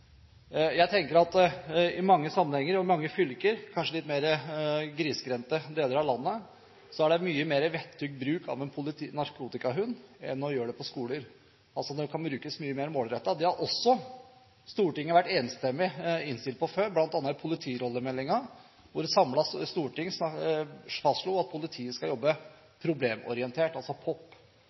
Jeg tror det i mange sammenhenger og i mange fylker – kanskje i litt mer grisgrendte deler av landet – kan være mye mer vettug bruk av en narkotikahund enn å bruke den i skoler. Den kan brukes mye mer målrettet. Dette har Stortinget enstemmig innstilt på før, bl.a. i forbindelse med politirollemeldingen, hvor et samlet storting fastslo at politiets arbeid skal være problemorientert, POP. Det må ikke bli slik at